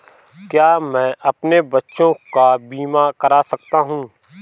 क्या मैं अपने बच्चों का बीमा करा सकता हूँ?